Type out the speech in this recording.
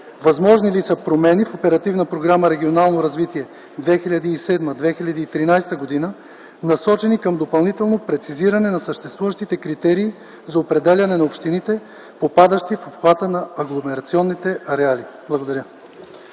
Възможни ли са промени в Оперативна програма „Регионално развитие” 2007-2013 г., насочени към допълнително прецизиране на съществуващите критерии за определяне на общините, попадащи в обхвата на агломерационните ареали? Благодаря.